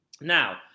now